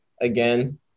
again